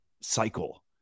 cycle